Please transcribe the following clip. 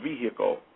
vehicle